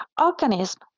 Organism